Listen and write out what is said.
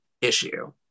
issue